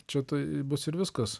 čia tai bus ir viskas